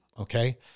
Okay